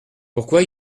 pourquoi